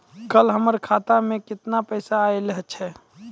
कल हमर खाता मैं केतना पैसा आइल छै?